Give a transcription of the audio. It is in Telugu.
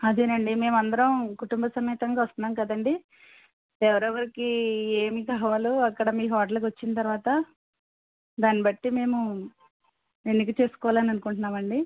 అదేనండీ మేమందరం కుటుంబ సమేతంగా వస్తున్నాం కదండి ఎవరెవరికి ఏమి కావాలో అక్కడ మీ హోటల్ కు వచ్చిన తర్వాత దాని బట్టి మేము ఎన్నిక చేసుకోవాలనుకుంటున్నాం అండి